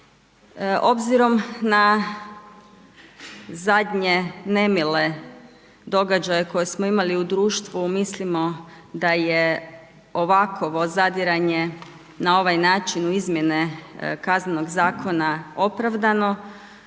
Obzirom na zadnje nemile događaje koje smo imali u društvu, mislimo da je ovakvo zadiranje na ovaj način u izmjena kaznenog zakona opravdano